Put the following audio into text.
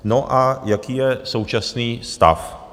No, a jaký je současný stav?